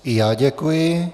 I já děkuji.